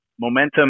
momentum